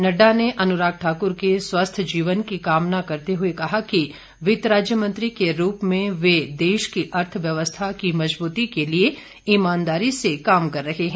नड़डा ने अनुराग ठाक्र के स्वस्थ जीवन की कामना करते हुए कहा कि वित्त राज्य मंत्री के रूप में वे देश की अर्थव्यवस्था की मजबूती के लिए ईमानदारी से काम कर रहे हैं